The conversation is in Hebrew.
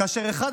אבי מעוז נהיה